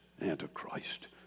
Antichrist